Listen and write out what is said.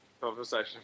conversation